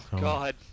God